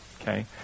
Okay